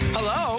Hello